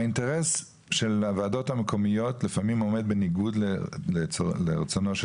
האינטרס של הוועדות המקומיות לפעמים עומד בניגוד לרצונו של